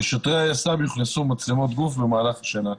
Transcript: לשוטרי היס"מ יוכנסו מצלמות גוף במהלך השנה.